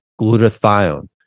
glutathione